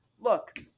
look